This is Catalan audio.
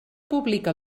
pública